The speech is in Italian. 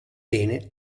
bene